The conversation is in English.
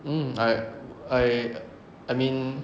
um I I I mean